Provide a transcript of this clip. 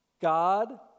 God